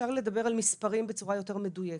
אפשר לדבר על מספרים בצורה יותר מדויקת,